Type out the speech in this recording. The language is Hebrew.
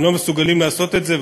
הם לא מסוגלים לעשות את זה,